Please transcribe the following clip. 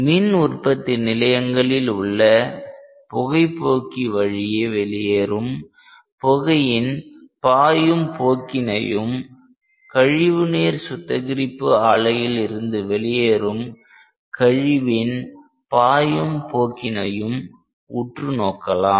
மின் உற்பத்தி நிலையங்களில் உள்ள புகைபோக்கி வழியே வெளியேறும் புகையின் பாயும் போக்கினையும் கழிவுநீர் சுத்திகரிப்பு ஆலையில் இருந்து வெளியேறும் கழிவின் பாயும் போக்கினையும் உற்று நோக்கலாம்